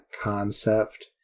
concept